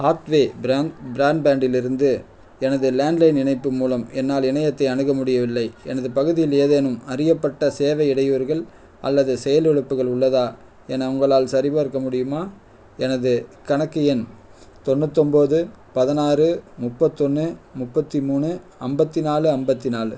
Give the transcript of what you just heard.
Hathway ப்ர ப்ராட்பேண்டிலிருந்து எனது லேண்ட் லைன் இணைப்பு மூலம் என்னால் இணையத்தை அணுக முடியவில்லை எனது பகுதியில் ஏதேனும் அறியப்பட்ட சேவை இடையூறுகள் அல்லது செயலிழப்புகள் உள்ளதா என உங்களால் சரிபார்க்க முடியுமா எனது கணக்கு எண் தொண்ணூத்தொம்பது பதினாறு முப்பத்தொன்று முப்பத்து மூணு ஐம்பத்தி நாலு ஐம்பத்தி நாலு